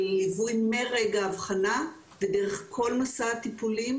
ליווי מרגע האבחנה ודרך כל מסע הטיפולים